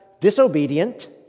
Disobedient